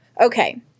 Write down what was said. Okay